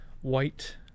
white